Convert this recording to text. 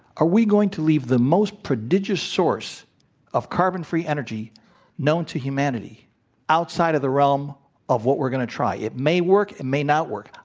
are we going to leave the most prodigious source of carbon-free energy known to humanity outside of the realm of what we're going to try. it may work. it may not work.